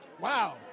Wow